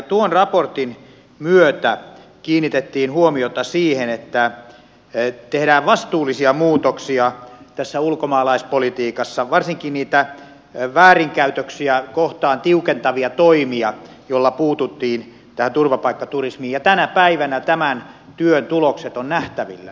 tuon raportin myötä kiinnitettiin huomiota siihen että tehdään vastuullisia muutoksia tässä ulkomaalaispolitiikassa varsinkin niitä väärinkäytöksiä kohtaan tiukentavia toimia joilla puututtiin tähän turvapaikkaturismiin ja tänä päivänä tämän työn tulokset ovat nähtävissä